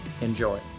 enjoy